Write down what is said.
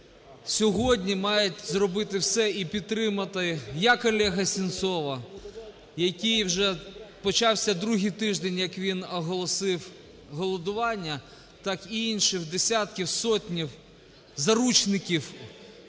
сьогодні мають зробити все і підтримати як Олега Сенцова, який вже… почався другий тиждень, як він оголосив голодування, так і інших десятків, сотнів заручників